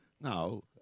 No